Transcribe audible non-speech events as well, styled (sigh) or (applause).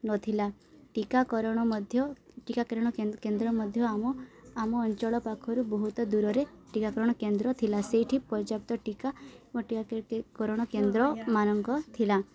ନଥିଲା ଟୀକାକରଣ ମଧ୍ୟ ଟୀକାକରଣ କେନ୍ଦ୍ର ମଧ୍ୟ ଆମ ଆମ ଅଞ୍ଚଳ ପାଖରୁ ବହୁତ ଦୂରରେ ଟୀକାକରଣ କେନ୍ଦ୍ର ଥିଲା ସେଇଠି ପର୍ଯ୍ୟାପ୍ତ ଟୀକା (unintelligible) କରଣ କେନ୍ଦ୍ରମାନଙ୍କ ଥିଲା